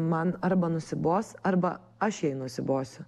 man arba nusibos arba aš jai nusibosiu